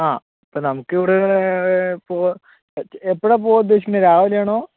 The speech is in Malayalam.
ആ ഇപ്പോൾ നമുക്കിവിടങ്ങനെ എപ്പോളാണ് പോവാനുദ്ദേശിക്കുന്നത് രാവിലെയാണോ